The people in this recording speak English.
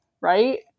right